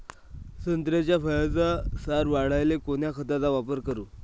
संत्रा फळाचा सार वाढवायले कोन्या खताचा वापर करू?